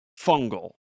fungal